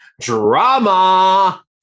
Drama